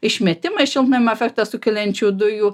išmetimais šiltnamio efektą sukeliančių dujų